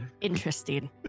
Interesting